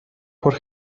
por